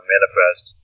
Manifest